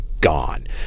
Gone